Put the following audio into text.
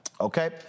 Okay